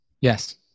yes